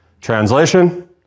Translation